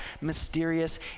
mysterious